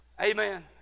Amen